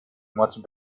much